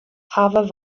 hawwe